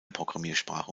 programmiersprache